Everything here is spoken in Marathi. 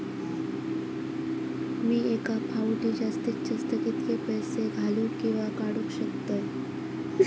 मी एका फाउटी जास्तीत जास्त कितके पैसे घालूक किवा काडूक शकतय?